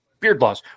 Beardlaws